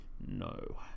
No